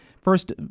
First